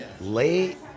late